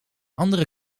andere